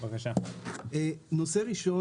נושא ראשון.